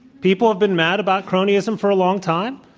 people have been mad about cronyism for a long time.